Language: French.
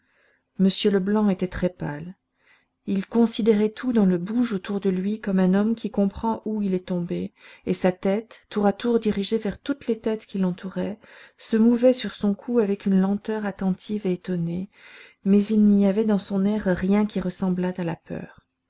m leblanc était très pâle il considérait tout dans le bouge autour de lui comme un homme qui comprend où il est tombé et sa tête tour à tour dirigée vers toutes les têtes qui l'entouraient se mouvait sur son cou avec une lenteur attentive et étonnée mais il n'y avait dans son air rien qui ressemblât à la peur